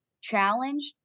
challenged